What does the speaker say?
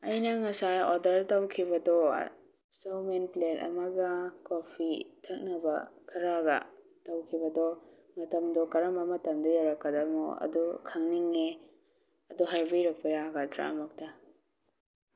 ꯑꯩꯅ ꯉꯁꯥꯏ ꯑꯣꯗꯔ ꯇꯧꯈꯤꯕꯗꯣ ꯆꯧꯃꯤꯟ ꯄ꯭ꯂꯦꯠ ꯑꯃꯒ ꯀꯣꯐꯤ ꯊꯛꯅꯕ ꯈꯔꯒ ꯇꯧꯈꯤꯕꯗꯣ ꯃꯇꯝꯗꯣ ꯀꯔꯝꯕ ꯃꯇꯝꯗ ꯌꯧꯔꯛꯀꯗꯕꯅꯣ ꯑꯗꯣ ꯈꯪꯅꯤꯡꯉꯦ ꯑꯗꯣ ꯍꯥꯏꯕꯤꯔꯛꯄ ꯌꯥꯒꯗ꯭ꯔꯥ ꯑꯃꯨꯛꯇ